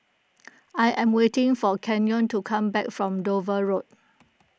I am waiting for Kenyon to come back from Dover Road